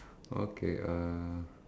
okay uh